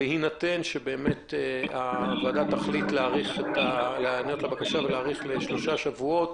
בהינתן שהוועדה תחליט להאריך בשלושה שבועות,